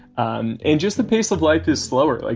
um and just the pace of life is slower. like